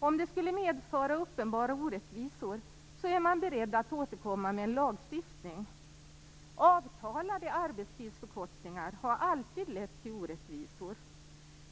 och om det skulle medföra uppenbara orättvisor är man beredd att återkomma med en lagstiftning. Avtalade arbetstidsförkortningar har alltid lett till orättvisor.